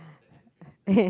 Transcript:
eh